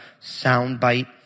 soundbite